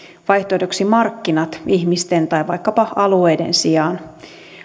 vaihtoehdoksi markkinat ihmisten tai vaikkapa alueiden sijaan